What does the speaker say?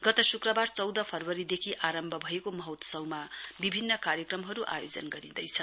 गत श्क्रबार चौध फरवरीदेखि आरम्भ भएको महोत्सवमा विभिन्न कार्यक्रमहरू आयोजन गरिँदैछ